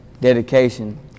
dedication